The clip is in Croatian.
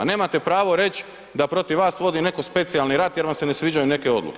Nemate pravo reći da protiv vas vodi netko specijalni rat jer vam se ne sviđaju neke odluke.